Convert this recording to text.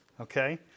Okay